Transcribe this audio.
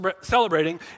celebrating